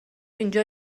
اینجا